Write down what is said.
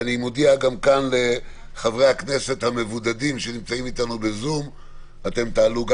אני מודיע כאן לחברי הכנסת המבודדים שנמצאים אתנו ב-זום שגם אתם תעלו.